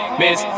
miss